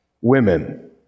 women